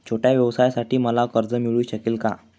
छोट्या व्यवसायासाठी मला कर्ज मिळू शकेल का?